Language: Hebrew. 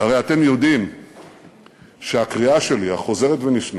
הרי אתם יודעים שהקריאה שלי, החוזרת ונשנית,